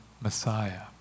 Messiah